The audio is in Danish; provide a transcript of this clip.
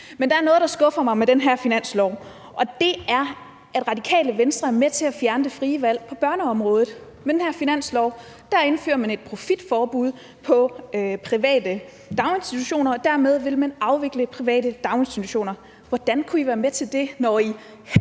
Men der er noget, der skuffer mig med den her finanslov, og det er, at Radikale Venstre er med til at fjerne det frie valg på børneområdet. Med den her finanslov indfører man et profitforbud på private daginstitutioner, og dermed vil man afvikle private daginstitutioner. Hvordan kunne I være med til det, når I